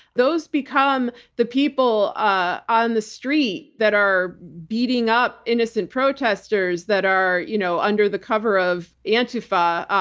those become the people on the street that are beating up innocent protesters, that are, you know under the cover of antifa,